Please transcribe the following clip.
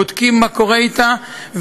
בודקים מה קורה אתה,